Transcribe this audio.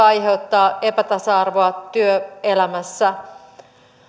aiheuttavat epätasa arvoa työelämässä